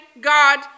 God